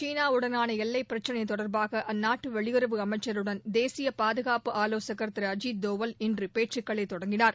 சீனா வுடனான எல்லைப் பிரச்சினை தொடர்பாக அந்நாட்டு வெளியுறவு அமைச்சருடன் தேசிய பாதுகாப்பு ஆலோசகா் திரு அஜித் தோவல் இன்று பேச்சுக்களை தொடங்கினார்